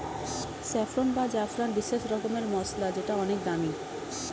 saffron বা জাফরান বিশেষ রকমের মসলা যেটা অনেক দামি